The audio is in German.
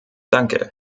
danke